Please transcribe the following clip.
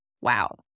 wow